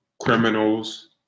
criminals